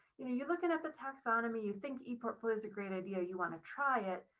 you know you're looking at the taxonomy, you think eportfolio is a great idea, you want to try it,